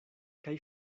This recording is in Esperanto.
kaj